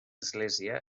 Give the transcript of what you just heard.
església